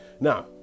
Now